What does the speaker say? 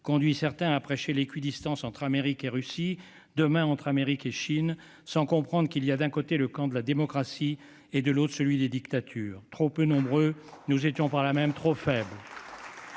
conduit certains à prêcher l'équidistance entre l'Amérique et la Russie- et, demain, entre l'Amérique et la Chine -, sans comprendre qu'il y a d'un côté le camp de la démocratie et de l'autre celui des dictatures. Trop peu nombreux, nous étions par là même trop faibles.